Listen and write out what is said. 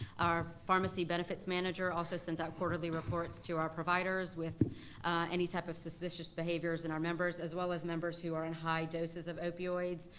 our pharmacy benefits manager also sends out quarterly reports to our providers with any type of suspicious behaviors in our members as well as members who are on high doses of opioids,